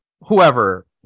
whoever